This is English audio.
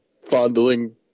fondling